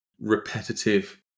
repetitive